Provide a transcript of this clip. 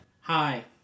Hi